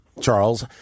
Charles